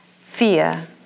fear